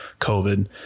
COVID